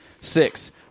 Six